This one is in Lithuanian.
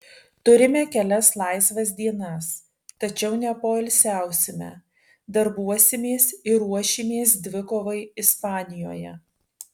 turime kelias laisvas dienas tačiau nepoilsiausime darbuosimės ir ruošimės dvikovai ispanijoje